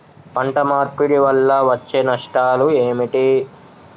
పంట మార్పిడి వల్ల వచ్చే నష్టాలు ఏమిటి?